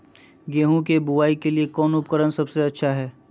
गेहूं के बुआई के लिए कौन उपकरण सबसे अच्छा है?